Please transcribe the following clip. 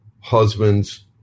Husbands